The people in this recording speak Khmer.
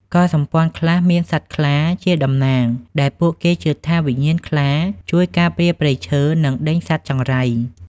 កុលសម្ព័ន្ធខ្លះមាន "សត្វខ្លា" ជាតំណាង ដែលពួកគេជឿថាវិញ្ញាណខ្លាជួយការពារព្រៃឈើ និងដេញសត្វចង្រៃ។